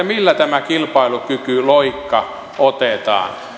millä tämä kilpailukykyloikka sitten otetaan